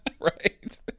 Right